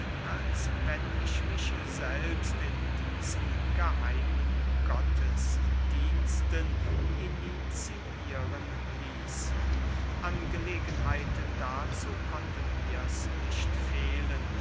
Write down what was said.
als wenn ich mich selbst in diesen geheimen gottesdiensten iniziieren ließe an gelegenheiten dazu konnte mirs nicht fehlen